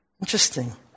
Interesting